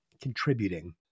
contributing